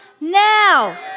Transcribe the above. now